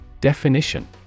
Definition